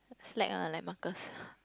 slack ah like Marcus